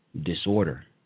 disorder